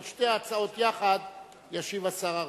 על שתי ההצעות יחד ישיב השר ארדן.